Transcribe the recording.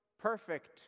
perfect